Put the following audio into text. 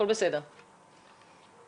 המחלקה הפלילית,